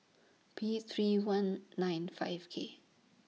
P three one nine five K